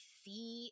see